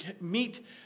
meet